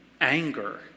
anger